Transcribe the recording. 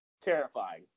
terrifying